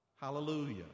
Hallelujah